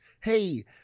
hey